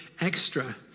extra